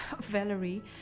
Valerie